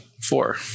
Four